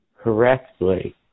correctly